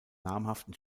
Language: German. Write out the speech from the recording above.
namhaften